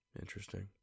interesting